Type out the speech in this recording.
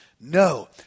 No